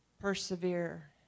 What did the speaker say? Persevere